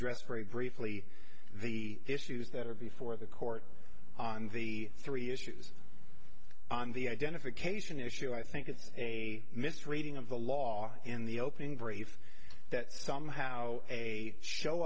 address very briefly the issues that are before the court on the three issues on the identification issue i think it's a misreading of the law in the opening brave that somehow a show